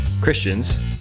Christians